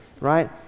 right